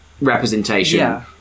representation